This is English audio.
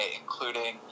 including